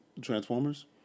Transformers